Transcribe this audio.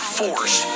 force